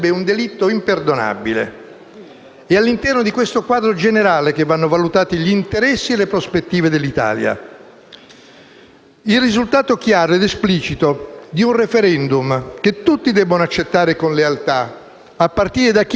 Sono queste condizioni complessive e la consapevolezza dello stato generale dei problemi ad aver spinto il Partito Democratico a sollecitare la formazione di un Governo sostenuto dalla più larga parte delle forze politiche presenti in Parlamento,